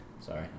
sorry